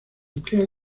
emplea